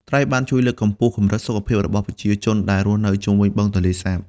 ត្រីបានជួយ លើកកម្ពស់ កម្រិតសុខភាពរបស់ប្រជាជនដែលរស់នៅជុំវិញបឹងទន្លេសាប។